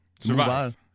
survive